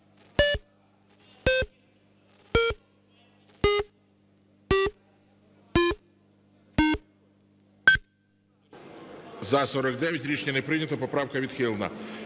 За-49 Рішення не прийнято. Поправка відхилена.